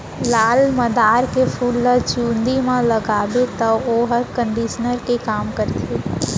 लाल मंदार के फूल ल चूंदी म लगाबे तौ वोहर कंडीसनर के काम करथे